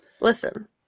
Listen